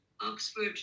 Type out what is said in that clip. Oxford